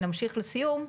נמשיך לסיום,